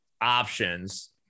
options